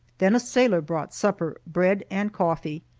then a sailor brought supper bread and coffee.